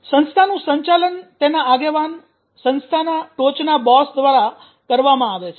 સંસ્થાનું સંચાલન તેના આગેવાન સંસ્થાના ટોચના બોસ દ્વારા કરવામાં આવે છે